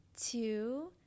two